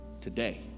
today